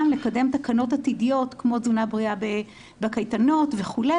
לקדם תקנות עתידיות כמו תזונה בריאה בקייטנות וכו',